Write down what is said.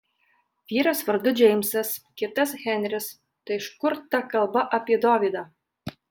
vyras vardu džeimsas kitas henris tai iš kur ta kalba apie dovydą